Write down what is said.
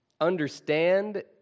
understand